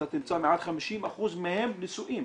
תמצאו מעל 50% מהם נשואים.